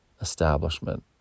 establishment